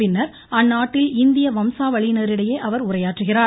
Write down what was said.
பின்னர் அந்நாட்டில் இந்திய வம்சாவளியினிரிடையே அவர் உரையாற்றுகிறார்